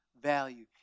value